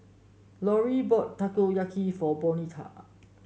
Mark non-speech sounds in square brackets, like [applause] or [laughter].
[unintelligible] bought Takoyaki for Bonita